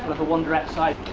have a wander outside.